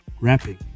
rapping